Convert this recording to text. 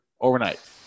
overnight